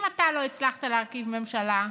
אם אתה לא הצלחת להרכיב ממשלה,